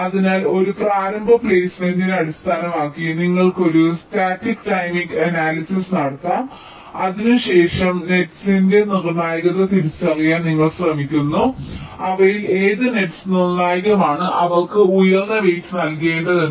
അതിനാൽ ഒരു പ്രാരംഭ പ്ലെയ്സ്മെന്റിനെ അടിസ്ഥാനമാക്കി നിങ്ങൾക്ക് ഒരു സ്റ്റാറ്റിക് ടൈമിംഗ് അനാലിസിസ് നടത്താം അതിനുശേഷം നെറ്സ്സിന്റെ നിർണ്ണായകത തിരിച്ചറിയാൻ നിങ്ങൾ ശ്രമിക്കുന്നു അവയിൽ ഏത് നെറ്സ് നിർണായകമാണ് അവർക്ക് ഉയർന്ന വെയ്റ് നൽകേണ്ടതെന്ന്